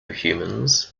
humans